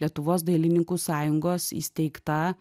lietuvos dailininkų sąjungos įsteigta